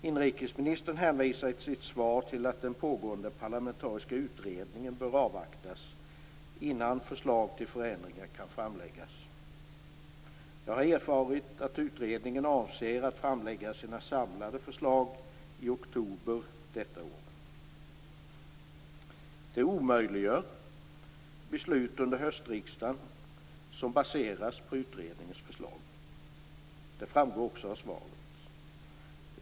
Inrikesministern hänvisar i sitt svar till att den pågående parlamentariska utredningen bör avvaktas innan förslag till förändringar kan framläggas. Jag har erfarit att utredningen avser att framlägga sina samlade förslag i oktober detta år. Det omöjliggör beslut under höstriksdagen baserade på utredningens förslag. Det framgår också av svaret.